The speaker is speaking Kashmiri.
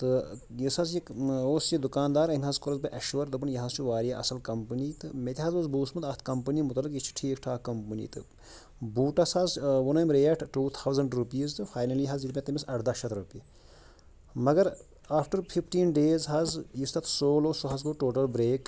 تہٕ یُس حظ یہِ اوس یہِ دُکانٛدار أمۍ حظ کوٚرُس بہٕ ایٚشور دوٚپُن یہِ حظ چھُ واریاہ اَصٕل کَمپٔنی تہٕ مےٚ تہِ حظ اوس بوٗزمُت اَتھ کَمپٔنی مُتعلِق یہِ چھُ ٹھیٖک ٹھاک کَمپٔنی تہٕ بوٗٹَس حظ ووٚن أمۍ ریٹ ٹوٗ تھاوزَنٛڈ رُپیٖز تہٕ فاینٔلی حظ ییٚلہِ مےٚ تٔمِس اَڑداہ شَتھ رۄپیہِ مگر آفٹَر فِفٹیٖن ڈیز حظ یُس تَتھ سول اوس سُہ حظ گوٚو ٹوٹَل برٛیک